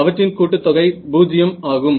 அவற்றின் கூட்டுத்தொகை பூஜ்ஜியம் ஆகும்